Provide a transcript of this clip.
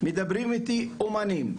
מדברים איתי אמנים,